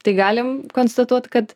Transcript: tai galim konstatuot kad